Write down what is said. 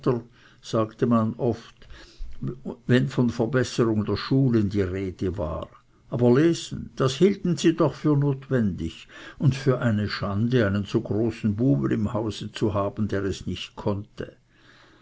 sagte man oft wenn von verbesserung der schulen die rede war aber lesen das hielten sie doch für notwendig und für eine schande einen so großen buben im hause zu haben der es nicht konnte